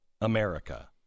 america